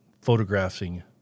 photographing